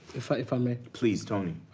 if i if i may. please, tony.